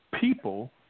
people